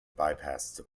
bypassed